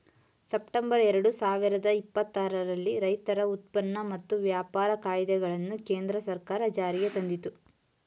September ಎರಡು ಸಾವಿರದ ಇಪ್ಪತ್ತರಲ್ಲಿ ರೈತರ ಉತ್ಪನ್ನ ಮತ್ತು ವ್ಯಾಪಾರ ಕಾಯ್ದೆಗಳನ್ನು ಕೇಂದ್ರ ಸರ್ಕಾರ ಜಾರಿಗೆ ತಂದಿತು